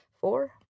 four